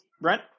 Brent